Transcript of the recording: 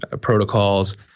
protocols